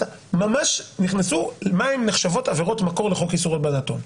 ממש נכנסו למה הן נחשבות עבירות מקור לחוק איסור הלבנת הון.